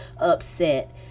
upset